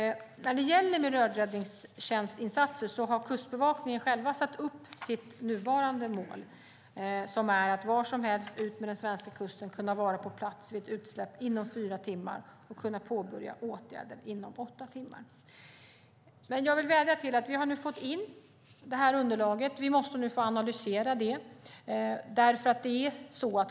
När det gäller miljöräddningstjänstinsatser har Kustbevakningen själv satt upp sitt nuvarande mål: Var som helst utmed den svenska kusten ska man kunna vara på plats vid ett utsläpp inom fyra timmar och kunna påbörja åtgärder inom åtta timmar. Men jag vill säga att vi nu har fått in underlaget. Vi måste få analysera det.